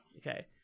okay